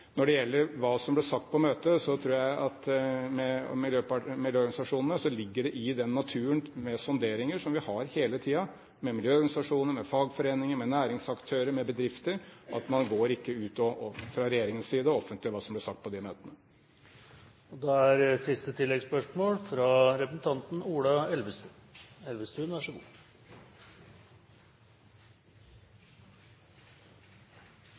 Når det gjelder hva som ble sagt på møtet med miljøorganisasjonene, ligger det i sakens natur når det gjelder sonderinger som vi har hele tiden med fagforeninger, med miljøorganisasjoner, med næringsaktører og med bedrifter, at man fra regjeringens side ikke går ut og offentliggjør hva som blir sagt på